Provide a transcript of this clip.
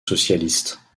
socialiste